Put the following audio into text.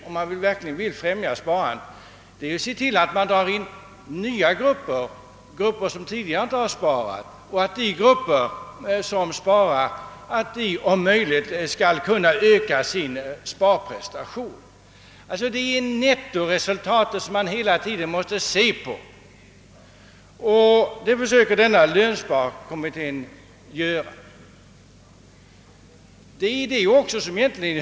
Om man verkligen vill främja sparandet, måste man försöka dra in nya grupper, som inte tidigare sparat, och att stimulera tidigare sparare till att öka sina sparprestationer. Det är nettoresultatet man hela tiden måste se till. Och det försöker lönsparkommittén göra.